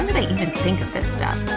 and think of this stuff?